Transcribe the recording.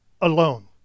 alone